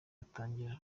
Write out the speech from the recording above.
atangira